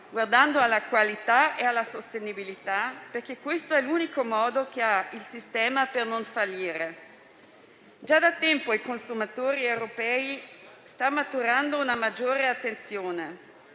guardando alla qualità e alla sostenibilità, perché questo è l'unico modo che il sistema ha per non fallire. Già da tempo tra i consumatori europei sta maturando una maggiore attenzione.